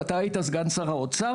ואתה היית סגן שר האומר,